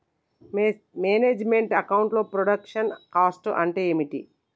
Manage meant account లో production cost అంటే ఏమిటి?